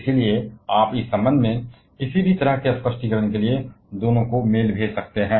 इसलिए आप किसी भी तरह के स्पष्टीकरण के संबंध में दोनों को मेल भेज सकते हैं